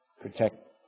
protect